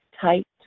tight